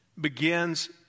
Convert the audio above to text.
begins